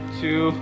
two